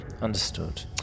Understood